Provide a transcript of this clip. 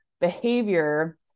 behavior